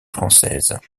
françaises